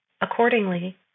accordingly